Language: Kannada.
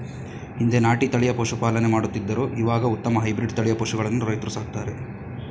ಹಿಂದೆ ನಾಟಿ ತಳಿಯ ಪಶುಪಾಲನೆ ಮಾಡುತ್ತಿದ್ದರು ಇವಾಗ ಉತ್ತಮ ಹೈಬ್ರಿಡ್ ತಳಿಯ ಪಶುಗಳನ್ನು ರೈತ್ರು ಸಾಕ್ತರೆ